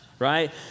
Right